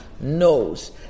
knows